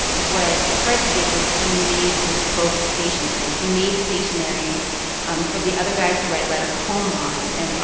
what freddy did was he made bespoke stationery. he made stationery um for the other guys to write letters home on, and. wow.